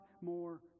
more